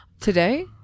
Today